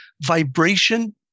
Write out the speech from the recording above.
Vibration